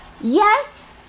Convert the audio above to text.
yes